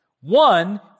One